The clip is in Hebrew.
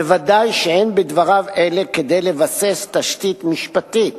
ודאי שאין בדבריו אלה כדי לבסס תשתית משפטית